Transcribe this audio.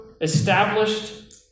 established